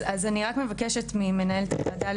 אז אני רק מבקשת ממנהלת הוועדה,